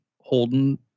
Holden